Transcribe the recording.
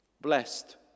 blessed